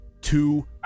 Two